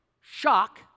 shock